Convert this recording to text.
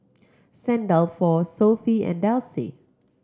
Saint Dalfour Sofy and Delsey